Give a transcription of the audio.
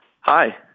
Hi